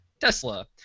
Tesla